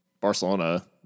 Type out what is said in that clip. Barcelona